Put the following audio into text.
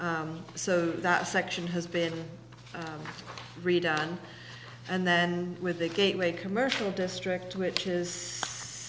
so that section has been redone and then with the gateway commercial district which is